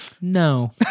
No